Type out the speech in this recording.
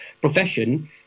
profession